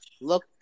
Look